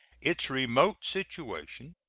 its remote situation,